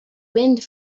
wind